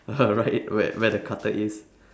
right where where the cutter is